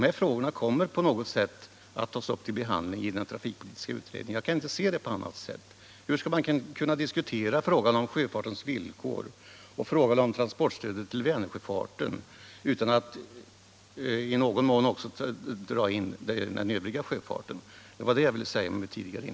Hur skall man kunna diskutera frågan om sjöfartens villkor och om transportstödet för Vänersjöfarten utan att i någon mån också dra in den övriga sjöfarten?